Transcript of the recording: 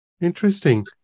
Interesting